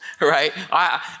Right